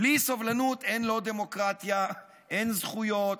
בלי סובלנות אין דמוקרטיה, אין זכויות